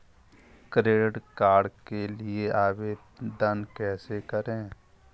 Credit card के लिए आवेदन कैसे करें?